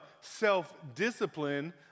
self-discipline